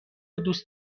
دوست